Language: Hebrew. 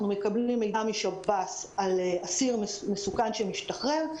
מקבלים מידע משב"ס על אסיר מסוכן שמשתחרר,